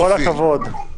כל הכבוד.